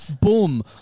Boom